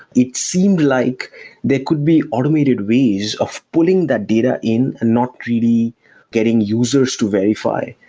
it seemed like there could be automated ways of pulling that data in and not really getting users to verify.